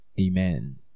Amen